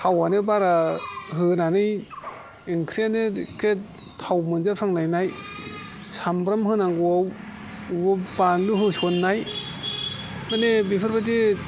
थावानो बारा होनानै ओंख्रियानो एक्के थाव मोनजाफ्रांलायनाय सामब्राम होनांगौआव अबावबा बानलु होस'ननाय माने बेफोरबायदि